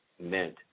meant